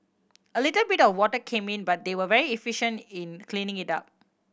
a little bit of water came in but they were very efficient in cleaning it up